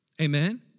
Amen